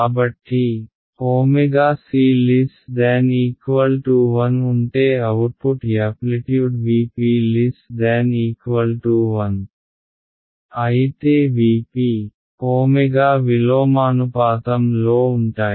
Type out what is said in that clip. కాబట్టి wc 1 ఉంటే output amplitude Vp1 అయితే Vpw విలోమానుపాతం లో ఉంటాయి